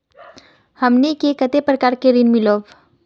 हमनी के कते प्रकार के ऋण मीलोब?